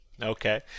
okay